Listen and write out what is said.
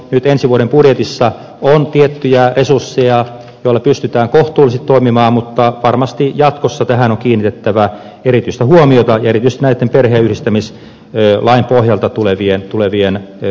nyt ensi vuoden budjetissa on tiettyjä resursseja joilla pystytään kohtuullisesti toimimaan mutta varmasti jatkossa tähän on kiinnitettävä erityistä huomiota ja erityisesti näiden perheenyhdistämislain pohjalta tulevien henkilöitten osalta